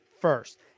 first